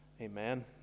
Amen